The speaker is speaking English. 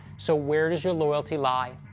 so, where does your loyalty lie?